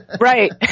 Right